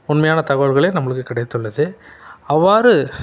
உண்மையான தகவல்களை நமக்கு கிடைத்துள்ளது அவ்வாறு